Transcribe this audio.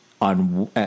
on